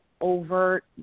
overt